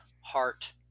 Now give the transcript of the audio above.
heart